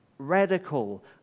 radical